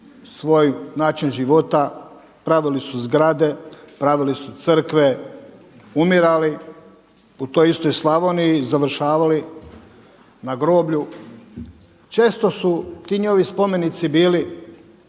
svoj način života. Pravili su zgrade, pravili su crkve, umirali u toj istoj Slavoniji, završavali na groblju. Često su ti njihovi spomenici bili